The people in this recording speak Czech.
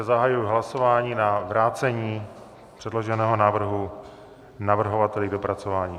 Zahajuji hlasování na vrácení předloženého návrhu navrhovateli k dopracování.